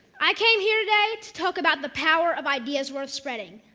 i came here today to talk about the power of ideas worth spreading.